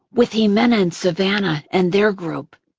with ximena and savanna and their group.